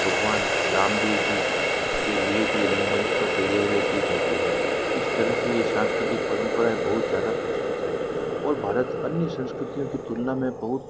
भगवान राम देव जी के लिए भी रंगमंच पर तैयारिया की जाती है इस तरह से यह सांस्कृतिक परम्पराएँ बहुत ज़्यादा प्रचलित है और भारत अन्य संस्कृतियों के तुलना में बहुत